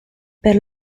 per